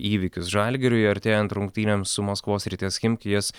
įvykis žalgiriui artėjant rungtynėms su maskvos srities chimki jas